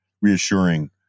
reassuring